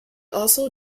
also